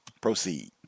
proceed